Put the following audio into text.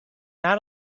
not